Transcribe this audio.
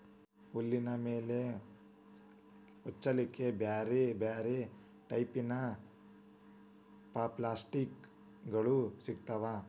ಹುಲ್ಲಿನ ಮೇಲೆ ಹೊಚ್ಚಲಿಕ್ಕೆ ಬ್ಯಾರ್ ಬ್ಯಾರೆ ಟೈಪಿನ ಪಪ್ಲಾಸ್ಟಿಕ್ ಗೋಳು ಸಿಗ್ತಾವ